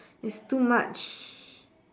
it's too much